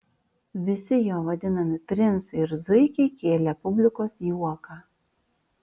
visi jo vaidinami princai ir zuikiai kėlė publikos juoką